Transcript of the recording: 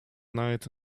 night